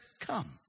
Come